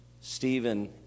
Stephen